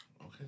Okay